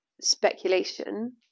speculation